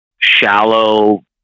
shallow